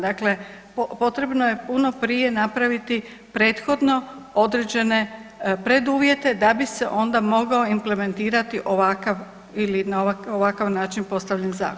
Dakle, potrebno je puno prije napraviti prethodno određene preduvjete da bi se onda mogao implementirati ovakav ili na ovakav način postavljen zakon.